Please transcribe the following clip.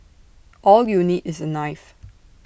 all you need is A knife